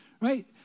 right